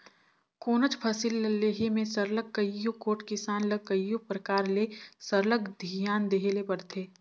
कोनोच फसिल ल लेहे में सरलग कइयो गोट किसान ल कइयो परकार ले सरलग धियान देहे ले परथे